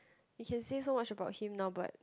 you can say so much about him now but